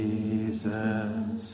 Jesus